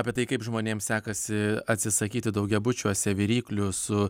apie tai kaip žmonėms sekasi atsisakyti daugiabučiuose viryklių su